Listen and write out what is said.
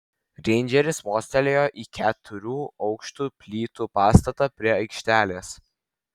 reindžeris mostelėjo į keturių aukštų plytų pastatą prie aikštelės